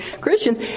Christians